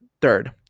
third